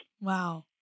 Wow